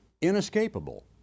inescapable